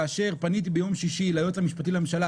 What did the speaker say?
כאשר פניתי ביום שישי ליועץ המשפטי לממשלה,